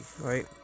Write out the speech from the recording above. right